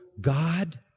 God